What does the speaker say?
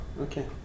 Okay